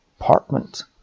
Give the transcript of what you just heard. apartment